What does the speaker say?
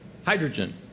Hydrogen